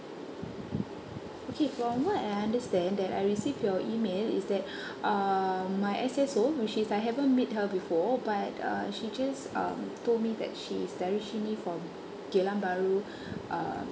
okay from what I understand that I receive your email is that um my S_S_O which is I haven't meet her before but uh she just um told me that she's me from geylang baru uh